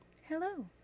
Hello